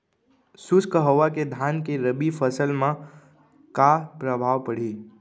शुष्क हवा के धान के रबि फसल मा का प्रभाव पड़ही?